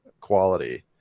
quality